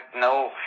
no